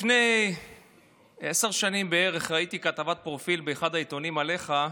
לפני עשר שנים בערך ראיתי כתבת פרופיל באחד העיתונים עליך,